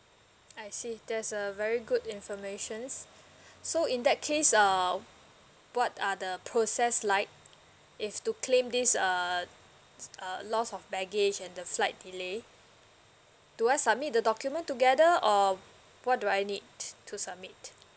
I see that's a very good informations so in that case err what are the process like if to claim this err uh loss of baggage and the flight delay do I submit the document together or what do I need to submit